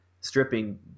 stripping